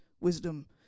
wisdom